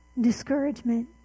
Discouragement